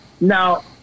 Now